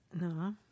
no